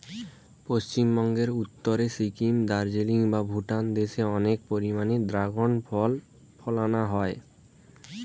পশ্চিমবঙ্গের উত্তরে সিকিম, দার্জিলিং বা ভুটান দেশে অনেক পরিমাণে দ্রাগন ফল ফলানা হয়